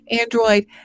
Android